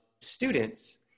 students